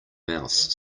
mouse